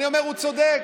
אני אומר: הוא צודק,